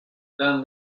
then